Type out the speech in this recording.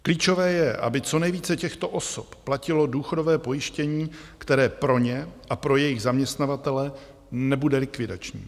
Klíčové je, aby co nejvíce těchto osob platilo důchodové pojištění, které pro ně a pro jejich zaměstnavatele nebude likvidační.